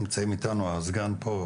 נמצא איתנו הסגן פה.